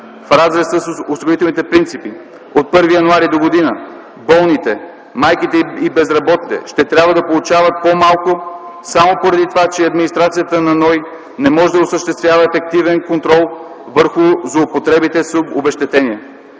В разрез с осигурителните принципи от 1 януари догодина болните, майките и безработните ще трябва да получават по-малко само поради това, че администрацията на НОИ не може да осъществява ефективен контрол върху злоупотребите с обезщетенията.